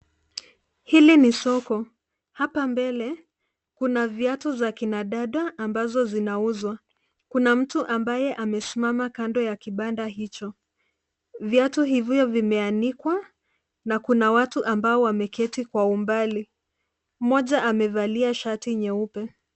Hili ni soko. Hapa mbele kuna viatu za kina dada ambazo zinauzwa. Kuna mtu ambaye amesimama kando ya kibanda hicho. Viatu hivyo vimeanikwa na kuna watu ambao wameketi kwa umbali. Mmoja amevalia shati nyeupe.